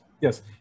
Yes